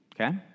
Okay